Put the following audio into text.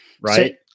Right